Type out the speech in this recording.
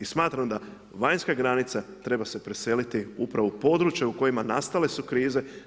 i smatram da vanjska granica treba se preseliti upravo u područje u kojima nastale su krize.